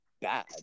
bad